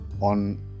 on